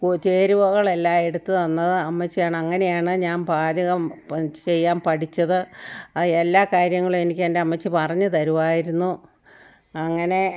കൊ ചേരുവകളെല്ലാം എടുത്ത് തന്നത് അമ്മച്ചിയാണ് അങ്ങനെയാണ് ഞാൻ പാചകം പ് ചെയ്യാൻ പഠിച്ചത് അ എല്ലാ കാര്യങ്ങളും എനിക്ക് എൻ്റെ അമ്മച്ചി പറഞ്ഞു തരുമായിരുന്നു അങ്ങനെ